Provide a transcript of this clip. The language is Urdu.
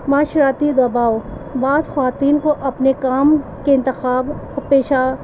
معاشرتی دباؤ بعض خواتین کو اپنے کام کے انتخاب و پیشہ